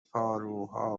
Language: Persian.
پاروها